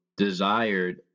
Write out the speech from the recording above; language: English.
desired